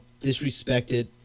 disrespected